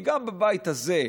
כי גם בבית הזה,